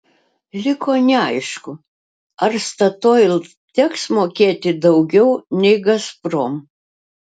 liko neaišku ar statoil teks mokėti daugiau nei gazprom